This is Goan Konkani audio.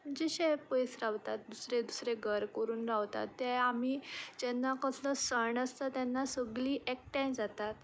जशे पयस रावतात दुसरें दुसरें घर करून रावतात ते आमी जेन्ना कसलो सण आसता तेन्ना सगळीं एकठांय जातात